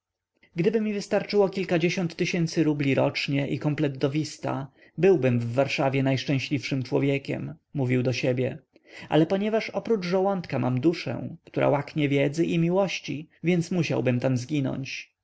gdyby mi wystarczyło kilkadziesiąt tysięcy rubli rocznie i komplet do wista byłbym w warszawie najszczęśliwszym człowiekiem mówił do siebie ale ponieważ oprócz żołądka mam duszę która łaknie wiedzy i miłości więc musiałbym tam zginąć